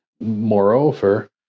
moreover